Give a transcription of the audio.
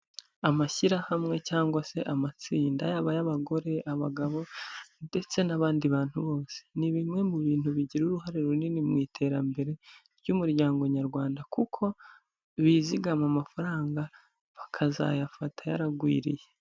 Amashyirahamwe cyangwa se amatsinda yaba ay'abagore, abagabo ndetse n'abandi bantu bose. Ni bimwe mu bintu bigira uruhare runini mu iterambere ry'umuryango nyarwanda, kuko bizigama amafaranga bakazayafata yaragwiriye.